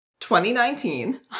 2019